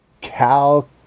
Cal